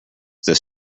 this